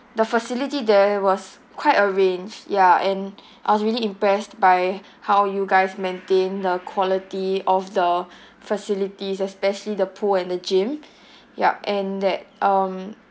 the facility there was quite a range ya and I was really impressed by how you guys maintain the quality of the facilities especially the pool and the gym yup and that um